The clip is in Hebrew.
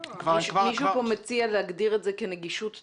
--- מישהו פה מציע להגדיר את זה כנגישות טכנולוגית.